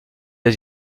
est